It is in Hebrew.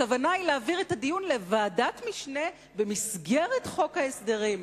הכוונה היא להעביר את הדיון לוועדת משנה במסגרת חוק ההסדרים.